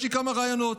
יש לי כמה רעיונות.